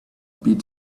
bit